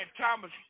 Thomas